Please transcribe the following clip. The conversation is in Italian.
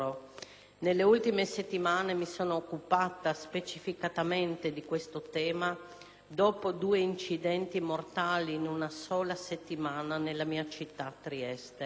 Nelle ultime settimane mi sono occupata specificatamente di questo tema, dopo due incidenti mortali in una sola settimana nella mia città, Trieste.